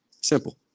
Simple